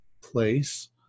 place